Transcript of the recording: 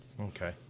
Okay